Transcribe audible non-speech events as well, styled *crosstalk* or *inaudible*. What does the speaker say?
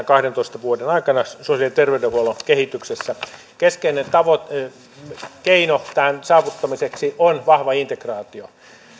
*unintelligible* kahdentoista vuoden aikana sosiaali ja terveydenhuollon kehityksessä keskeinen keino tämän saavuttamiseksi on vahva integraatio